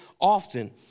often